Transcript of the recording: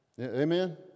Amen